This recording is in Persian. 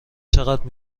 چقدر